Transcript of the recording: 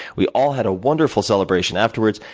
we all had a wonderful celebration afterwards,